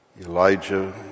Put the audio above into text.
Elijah